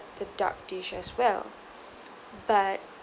the duck dish as well but